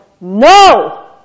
No